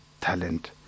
talent